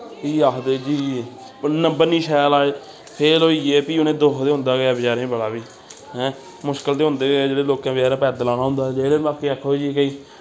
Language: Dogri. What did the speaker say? भी आखदे जी नम्बर निं शैल आए फेल होई गे भी उ'नें दुक्ख ते होंदा गे है बचैरें गी बड़ा भी हैं मुश्कल ते होंदा गै जेह्ड़े लोकें बचैरें पैदल औना होंदा जेह्ड़े बाकी आक्खो जी केई